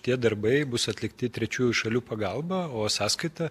tie darbai bus atlikti trečiųjų šalių pagalba o sąskaita